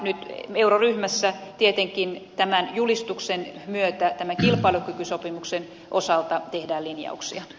nyt euroryhmässä tietenkin tämän julistuksen myötä kilpailukykysopimuksen osalta tehdään linjauksia